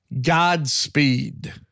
Godspeed